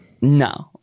no